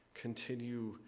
continue